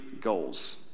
goals